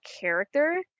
character